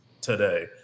today